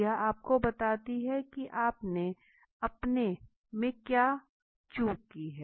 यह आपको बताती है कि आपने अपने में क्या चूक की है